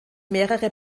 mehrere